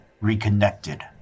reconnected